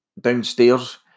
downstairs